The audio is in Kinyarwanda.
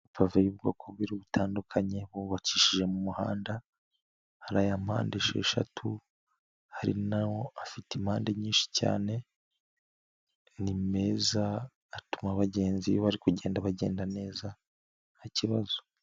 Amapave y'ubwoko bubiri butandukanye bubakishije mu muhanda, hari aya mpande esheshatu hari n'afite impande nyinshi cyane, ni meza atuma abagenzi bari kugenda bagenda neza nta kibazo.